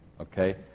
Okay